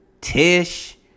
Tish